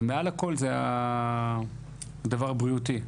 ומעל הכול, זה הדבר הבריאותי.